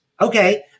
Okay